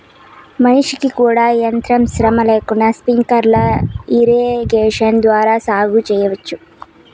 మనిషికి కూడా ఏమాత్రం శ్రమ లేకుండా స్ప్రింక్లర్ ఇరిగేషన్ ద్వారా సాగు చేయవచ్చు